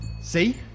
See